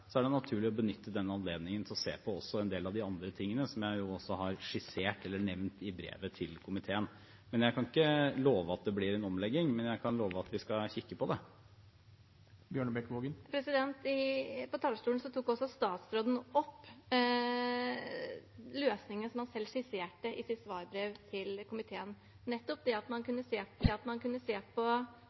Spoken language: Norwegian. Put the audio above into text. er det naturlig å benytte den anledningen til å se på også en del av de andre tingene som jeg har skissert eller nevnt i brevet til komiteen. Jeg kan ikke love at det blir en omlegging, men jeg kan love at vi skal kikke på det. På talerstolen tok også statsråden opp løsninger han selv skisserte i sitt svarbrev til komiteen, nettopp det at man kunne se